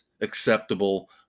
acceptable